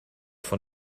von